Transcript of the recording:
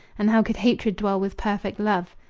and how can hatred dwell with perfect love?